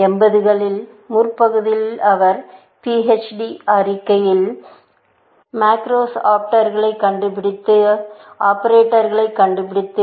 80 களின் முற்பகுதியில் அவரது PHD ஆய்வறிக்கை மேக்ரோக்கள் ஆபரேட்டர்களைக் கண்டுபிடித்தது